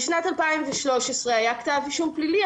ב-2013 היה כתב אישום פלילי,